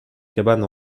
cabanes